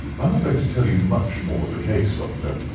i'm not going to tell you much more of the case, doctor.